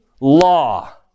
law